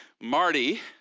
Marty